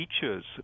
features